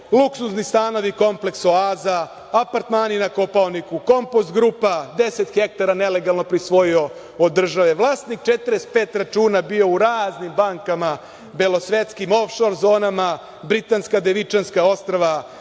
Luksuzni stanovi, kompleks „Oaza“, apartmani na Kopaoniku, „kompost grupa“, 10 hektara nelegalno prisvojio od države, vlasnik 45 računa, bio u raznim bankama belosvetskim, of-šor zonama, Britanska Devičanska ostrva.